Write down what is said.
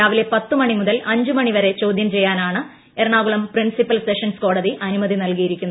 രാവിലെ പത്ത് മണി മുതൽ അഞ്ച് മണി വരെ ചോദ്യം ചെയ്യാനാണ് എറണാകുളം പ്രിൻസിപ്പൽ സെ ഷൻസ് കോടതി അനുമതി നൽകിയിരിക്കുന്നത്